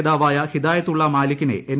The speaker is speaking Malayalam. നേതാവായ ഹിദായത്ത് യുല്ലാ മാലിക്കിനെ എൻ